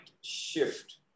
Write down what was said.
shift